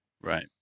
Right